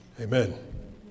Amen